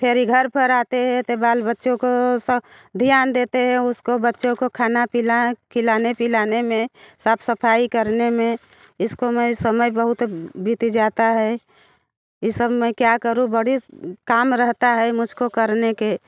फिर ये घर पर आते ते बाल बच्चों को सब ध्यान देते हैं उसको बच्चों को खाना पीना खिलाने पिलाने में साफ़ सफ़ाई करने में इस में समय बहुत बीत जाता है ये सब मैं क्या करूँ बड़ा काम रहता है मुझ को करने को